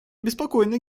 обеспокоена